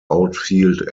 outfield